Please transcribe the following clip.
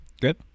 Good